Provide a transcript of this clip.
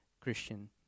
Christian